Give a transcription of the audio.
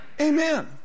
Amen